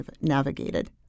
navigated